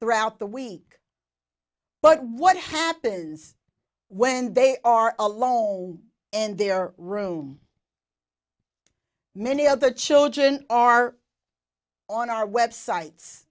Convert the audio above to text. throughout the week but what happens when they are alone in their room many of the children are on our websites